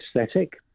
aesthetic